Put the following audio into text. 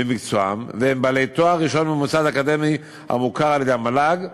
במקצועם והם בעלי תואר ראשון ממוסד אקדמי המוכר על-ידי המל"ג,